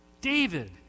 David